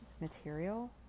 material